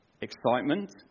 excitement